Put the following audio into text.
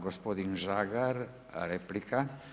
Gospodin Žagar, replika.